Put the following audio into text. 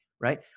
right